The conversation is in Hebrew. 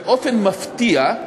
באופן מפתיע,